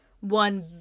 one